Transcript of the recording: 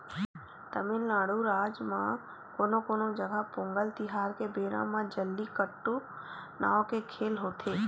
तमिलनाडू राज म कोनो कोनो जघा पोंगल तिहार के बेरा म जल्लीकट्टू नांव के खेल होथे